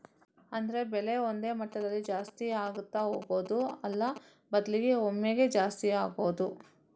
ಅಂದ್ರೆ ಬೆಲೆ ಒಂದೇ ಮಟ್ಟದಲ್ಲಿ ಜಾಸ್ತಿ ಆಗ್ತಾ ಹೋಗುದು ಅಲ್ಲ ಬದ್ಲಿಗೆ ಒಮ್ಮೆಗೇ ಜಾಸ್ತಿ ಆಗುದು